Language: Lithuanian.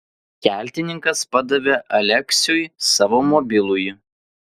keltininkas padavė aleksiui savo mobilųjį